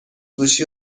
گوشی